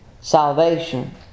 salvation